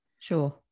sure